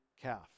calf